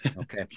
Okay